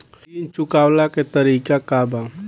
ऋण चुकव्ला के तरीका का बा?